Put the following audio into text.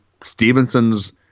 Stevenson's